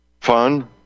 fun